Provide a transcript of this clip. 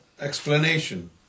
explanation